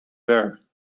ver